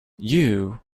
you